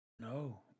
No